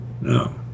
No